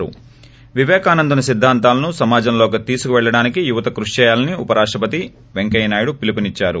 ి విపేకానందుని సిద్ధాంతాలను సమాజంలోకి తీసుకు వెళ్ళడానికి యువత కృషి చేయాలని ఉపరాష్టపతి పెంకయ్య నాయుడు పిలుపునిచ్చారు